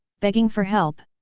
begging for help.